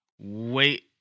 wait